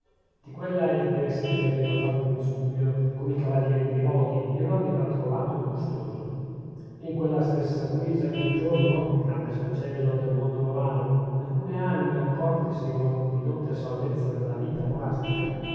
di quella e di queste aveva fatto un miscuglio come i cavalieri di rodi e lo aveva trovato gustoso e in quella stessa guisa che un giorno nel grande sfacelo del mondo romano alcune anime accorte si erano ridotte a salvezza nella vita monastica